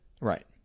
Right